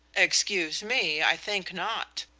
excuse me, i think not.